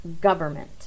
government